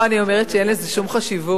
לא, אני אומרת שאין לזה שום חשיבות